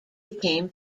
became